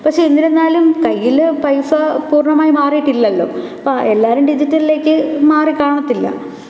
പക്ഷെ എന്നിരുന്നാലും കൈയില് പൈസ പൂർണ്ണമായും മാറിയിട്ടില്ലല്ലോ അപ്പോള് എല്ലാവരും ഡിജിറ്റലിലേക്ക് മാറിക്കാണത്തില്ല